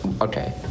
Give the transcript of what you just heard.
Okay